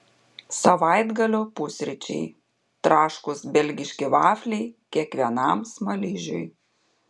savaitgalio pusryčiai traškūs belgiški vafliai kiekvienam smaližiui